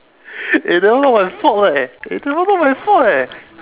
eh that one not my fault leh that not my fault eh